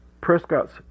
Prescott's